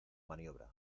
maniobra